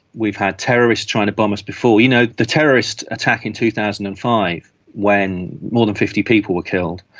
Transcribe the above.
we've had terrorists trying to bomb us before. you know, the terrorist attack in two thousand and five when more than fifty people were killed,